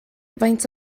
faint